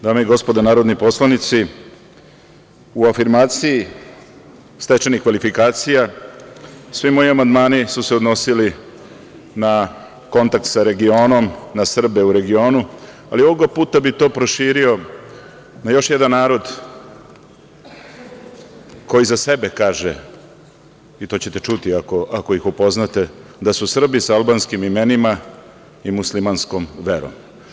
Dame i gospodo narodni poslanici, u afirmaciji stečenih kvalifikacija svi moji amandmani su se odnosili na kontakt sa regionom, na Srbe u regionu, ali ovoga puta bih to proširio na još jedan narod koji za sebe kaže, i to ćete čuti ako ih upoznate, da su Srbi sa albanskim imenima i muslimanskom verom.